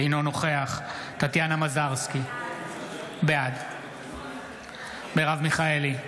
אינו נוכח טטיאנה מזרסקי, בעד מרב מיכאלי,